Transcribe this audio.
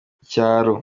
icyaro